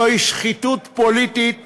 זו שחיתות פוליטית